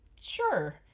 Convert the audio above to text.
sure